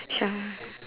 sure